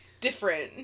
different